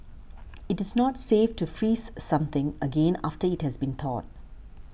it is not safe to freeze something again after it has thawed